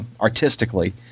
artistically